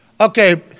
Okay